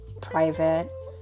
private